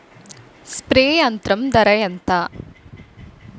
Spray యంత్రం ధర ఏంతా?